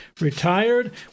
retired